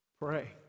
pray